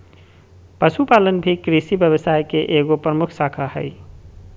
पशुपालन भी कृषि व्यवसाय के एगो प्रमुख शाखा हइ